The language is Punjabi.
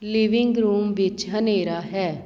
ਲਿਵਿੰਗ ਰੂਮ ਵਿੱਚ ਹਨੇਰਾ ਹੈ